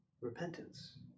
repentance